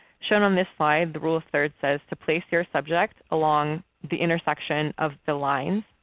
shown on this slide the rule of thirds says to place your subject along the intersection of the lines